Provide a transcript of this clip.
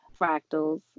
Fractals